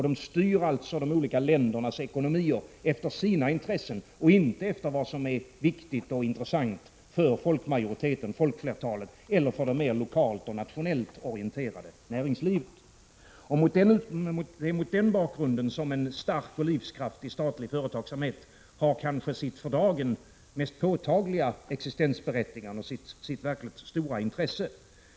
De styr alltså de olika ländernas ekonomier efter sina intressen, och inte efter vad som är viktigt och intressant för folkflertalet eller för det mer lokalt och nationellt orienterade näringslivet. Mot den bakgrunden har en stark och livskraftig statlig företagsamhet sitt för dagen kanske mest påtagliga existensberättigande och verkligt stora intresse.